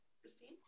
Christine